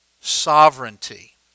sovereignty